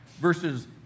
versus